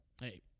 Hey